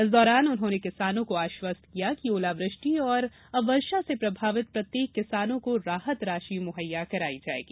इस दौरान उन्होंने किसानों को आश्वस्त किया कि ओलावृष्टि और अवर्षा से प्रभावित प्रत्येक किसानों को राहत राशि मुहैया कराई जायेगी